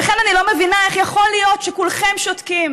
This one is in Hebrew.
לכן אני לא מבינה איך יכול להיות שכולכם שותקים,